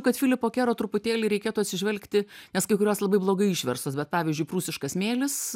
kad filipo kero truputėlį reikėtų atsižvelgti nes kai kurios labai blogai išverstos bet pavyzdžiui prūsiškas mėlis